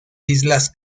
islas